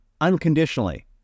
unconditionally